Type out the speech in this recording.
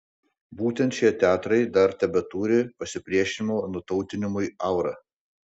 būtent šie teatrai dar tebeturi pasipriešinimo nutautinimui aurą